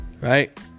Right